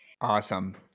Awesome